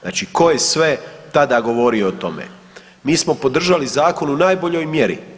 Znači, tko je sve tada govorio o tome, mi smo podržali zakon u najboljoj mjeri.